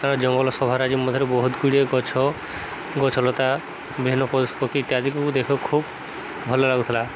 କାରଣ ଜଙ୍ଗଲ ମଧ୍ୟରେ ବହୁତଗୁଡ଼ିଏ ଗଛ ଗଛଲତା ବିଭିନ୍ନ ପଶୁ ପକ୍ଷୀ ଇତ୍ୟାଦିକୁ ଦେଖିବା ଖୁବ୍ ଭଲ ଲାଗୁଥିଲା